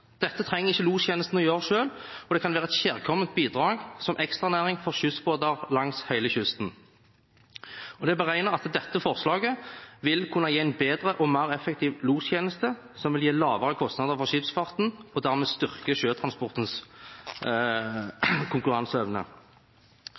Dette trenger ikke lostjenesten å gjøre selv, og det kan være et kjærkomment bidrag som ekstranæring for skyssbåter langs hele kysten. Det er beregnet at dette forslaget vil kunne gi en bedre og mer effektiv lostjeneste som vil gi lavere kostnader for skipsfarten, og dermed styrke sjøtransportens